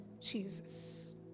Jesus